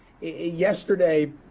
Yesterday